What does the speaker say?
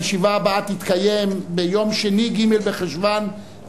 הישיבה הבאה תתקיים, אדוני,